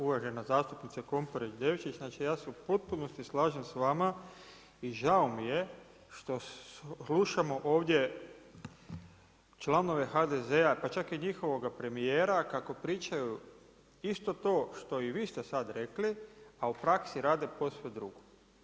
Uvažena zastupnice Komparić Devčić, ja se u potpunosti slažem s vama i žao mi je slušamo ovdje članove HDZ-a pa čak i njihovoga premijera kako pričaju isto to što i vi ste sad rekli a u praksi rade posve drugo.